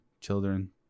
children